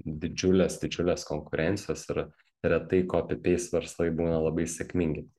didžiulės didžiulės konkurencijos ir retai kopi peist verslai būna labai sėkmingi